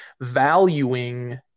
valuing